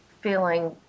feeling